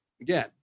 again